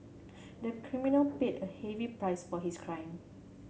the criminal paid a heavy price for his crime